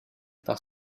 par